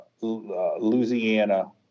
Louisiana